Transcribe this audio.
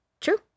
true